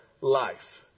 life